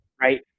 Right